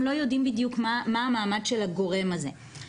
לא יודעים בדיוק מה המעמד של הגורם הזה.